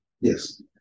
yes